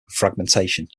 fragmentation